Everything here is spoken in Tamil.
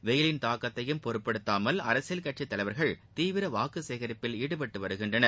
வெயிலின் தாக்கத்தையும் பொருட்படுத்தாமல் அரசியல் கட்சித் தலைவர்கள் தீவிர வாக்கு சேகரிப்பில் ஈடுபட்டு வருகின்றனர்